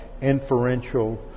inferential